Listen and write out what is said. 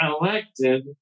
elected